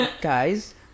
Guys